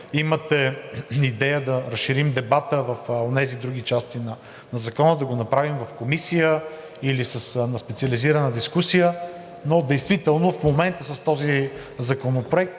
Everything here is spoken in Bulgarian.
имате идея да разширим дебата в онези други части на закона, да го направим в Комисия или на специализирана дискусия, но действително в момента с този законопроект